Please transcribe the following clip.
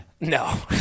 No